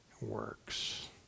works